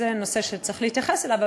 וזה נושא שצריך להתייחס אליו,